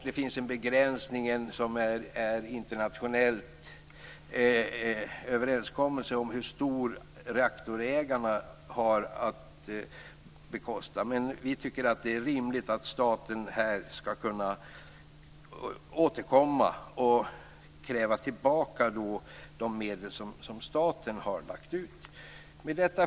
Det finns en internationell överenskommelse om hur mycket reaktorägarna har att bekosta. Det är rimligt att staten skall kunna kräva tillbaka de medel som staten har lagt ut. Fru talman!